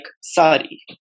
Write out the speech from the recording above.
Sari